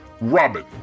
Robin